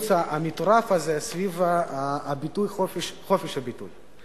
המירוץ המטורף הזה סביב הביטוי "חופש הביטוי".